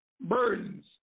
burdens